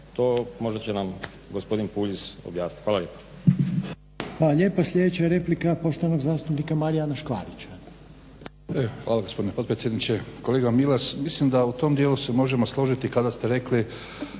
to možda će nam gospodin Puljiz objasniti. Hvala lijepa.